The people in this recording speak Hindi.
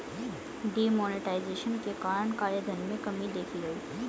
डी मोनेटाइजेशन के कारण काले धन में कमी देखी गई